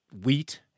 wheat